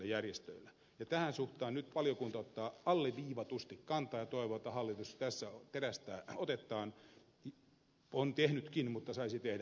tähän suuntaan nyt valiokunta ottaa alleviivatusti kantaa ja toivoo että hallitus tässä terästää otettaan on näin tehnytkin mutta saisi tehdä entistä enemmän